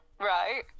Right